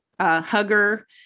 hugger